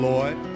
Lord